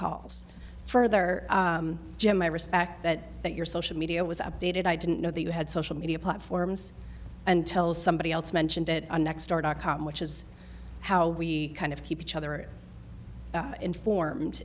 calls further jim i respect that that your social media was updated i didn't know that you had social media platforms until somebody else mentioned it the next star dot com we is how we kind of keep each other informed